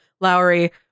Lowry